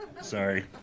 Sorry